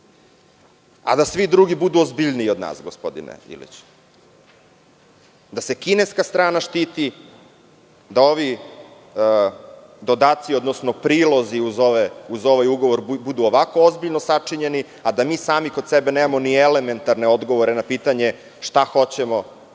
a da svi drugi budu ozbiljniji od nas, gospodine Iliću, da se kineska strana štiti, da ovi dodaci odnosno prilozi uz ovaj ugovor budu ovako ozbiljno sačinjeni, a da mi sami kod sebe nemamo ni elementarne odgovore na pitanje šta hoćemo,